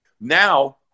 Now